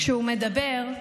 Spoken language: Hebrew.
כשהוא מדבר,